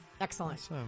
Excellent